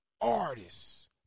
artists